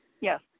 Yes